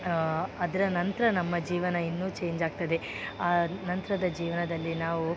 ಅದರ ನಂತರ ನಮ್ಮ ಜೀವನ ಇನ್ನೂ ಚೇಂಜ್ ಆಗ್ತದೆ ಆ ನಂತರದ ಜೀವನದಲ್ಲಿ ನಾವು